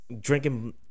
drinking